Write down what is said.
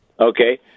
Okay